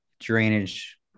drainage